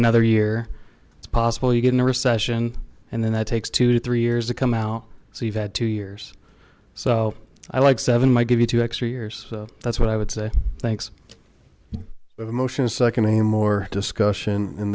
another year it's possible you get in a recession and then that takes two to three years to come out so you've had two years so i like seven might give you two extra years that's what i would say thanks to the motion second a more discussion in